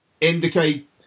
Indicate